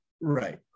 right